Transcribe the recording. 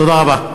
תודה רבה.